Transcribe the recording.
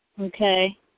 Okay